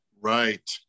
Right